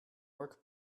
work